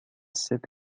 sept